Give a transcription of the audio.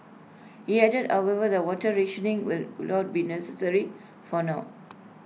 he added however the water rationing will not be necessary for now